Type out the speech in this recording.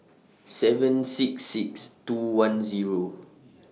seven six six two one Zero